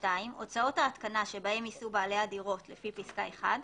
(2) הוצאות ההתקנה שבהם יישאו בעלי הדירות לפי פסקה (1),